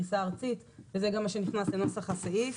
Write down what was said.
פריסה ארצית וזה גם מה שנכנס לנוסח הסעיף.